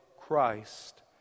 Christ